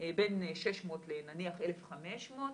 בין 600 נניח ל-1,500,